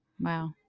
Wow